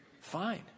Fine